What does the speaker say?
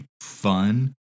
fun